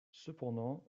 cependant